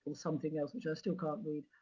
something else, which i still can't read,